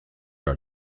our